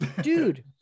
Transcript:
dude